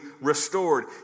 restored